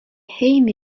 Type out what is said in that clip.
hejme